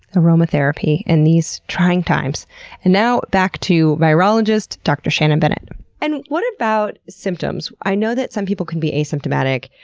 aromatherapy in these trying times and now, back to virologist dr. shannon bennet and what about symptoms? i know that some people can be asymptomatic.